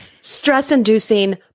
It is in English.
stress-inducing